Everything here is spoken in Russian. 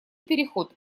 переход